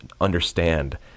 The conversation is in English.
understand